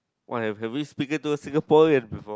why have have you speaken to a Singaporean before